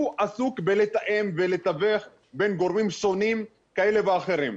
הוא עסוק בלתאם ולתווך בין גורמים שונים כאלה ואחרים.